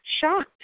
shocked